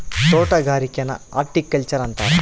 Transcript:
ತೊಟಗಾರಿಕೆನ horticulture ಅಂತಾರ